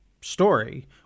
story